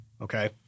Okay